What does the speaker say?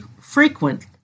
frequent